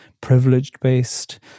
privileged-based